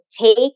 take